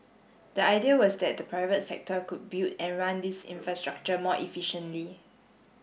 the idea was that the private sector could build and run these infrastructure more efficiently